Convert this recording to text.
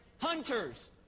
Hunters